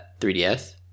3DS